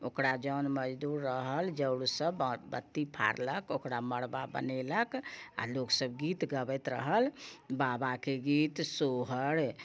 ओकरा जन मजदूर रहल जे ओ सभ बाँस बत्ती फाड़लक ओकरा मरबा बनयलक आ लोक सभ गीत गबैत रहल बाबाके गीत सोहर